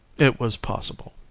it was possible.